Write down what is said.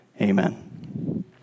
Amen